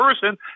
person